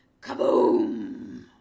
Kaboom